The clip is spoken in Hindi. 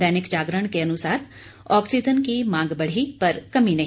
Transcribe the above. दैनिक जागरण के अनुसार ऑक्सीजन की मांग बढ़ी पर कमी नहीं